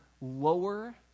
lower